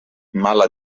mala